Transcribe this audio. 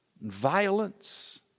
violence